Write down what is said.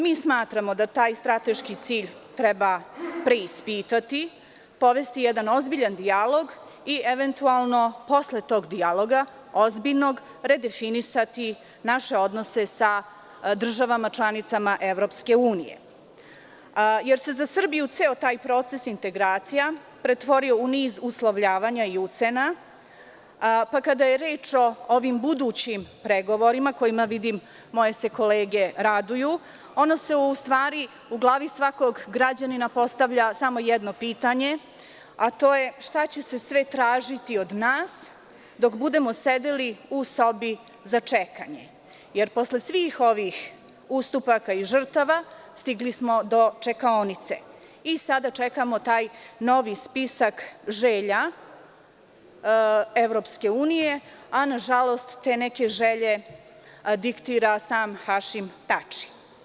Mi smatramo da taj strateški cilj treba preispitati, povesti jedan ozbiljan dijalog i eventualno posle tog dijaloga ozbiljnog redefinisatinaše odnose sa državama članicama EU, jer se za Srbiju ceo taj proces integracija pretvorio u niz uslovljavanja i ucena, pa kada je reč o ovim budućim pregovorima, kojima se moje kolege raduju, ono se u stvari u glavi svakog građanina postavlja samo jedno pitanje, a to je šta će se sve tražiti od nas dok budemo sedeli u sobi za čekanje, jer posle svih ovih ustupaka i žrtava stigli smo do čekaonice i sada čekamo taj novi spisak želja EU, a te neke želje diktira sam Hašim Tači.